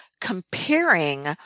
comparing